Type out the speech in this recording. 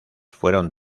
fueron